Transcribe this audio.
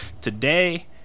today